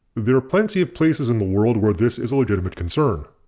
there are plenty of places in the world where this is a legitimate concern.